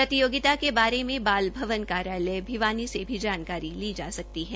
प्रतियोगिता के बारे में बाल भवन कार्यालय भिवानी से भी जानकारी ली जा सकते हैं